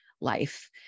life